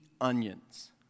onions